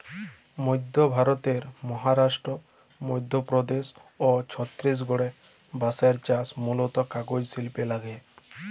মইধ্য ভারতের মহারাস্ট্র, মইধ্যপদেস অ ছত্তিসগঢ়ে বাঁসের চাস হয় মুলত কাগজ সিল্পের লাগ্যে